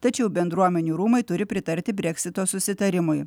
tačiau bendruomenių rūmai turi pritarti breksito susitarimui